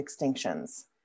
extinctions